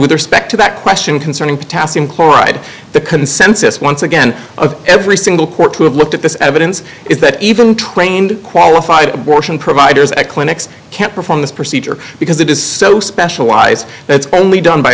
with respect to that question concerning potassium chloride the consensus once again of every single court who have looked at this evidence is that even trained qualified abortion providers and clinics can't perform this procedure because it is so specialized that's only done by